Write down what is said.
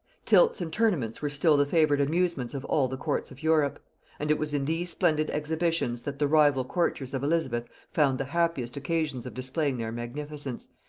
tilts and tournaments were still the favorite amusements of all the courts of europe and it was in these splendid exhibitions that the rival courtiers of elizabeth found the happiest occasions of displaying their magnificence,